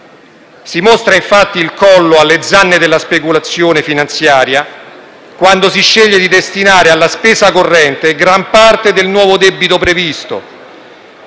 Si mostra, infatti, il collo alle zanne della speculazione finanziaria quando si sceglie di destinare alla spesa corrente gran parte del nuovo debito previsto